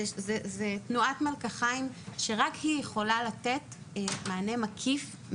זאת תנועת מלקחיים שרק היא יכולה לתת מענה מקיף,